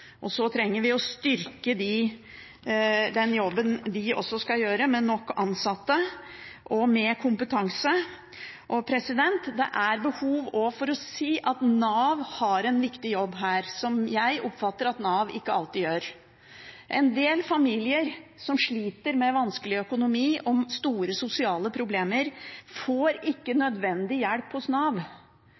trenger også å styrke den jobben de skal gjøre, med nok ansatte og med kompetanse. Det er også behov for å si at Nav har en viktig jobb her, som jeg oppfatter at Nav ikke alltid gjør. En del familier, som sliter med vanskelig økonomi og store sosiale problemer, får ikke nødvendig hjelp hos Nav.